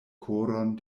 koron